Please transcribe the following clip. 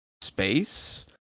space